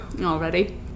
already